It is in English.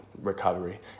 recovery